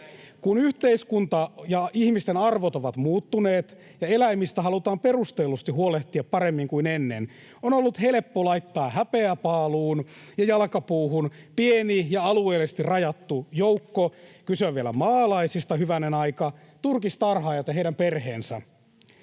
Kun yhteiskunta ja ihmisten arvot ovat muuttuneet ja eläimistä halutaan perustellusti huolehtia paremmin kuin ennen, on ollut helppo laittaa häpeäpaaluun ja jalkapuuhun pieni ja alueellisesti rajattu joukko — kyse on vielä maalaisista, hyvänen aika — turkistarhaajat ja heidän perheensä.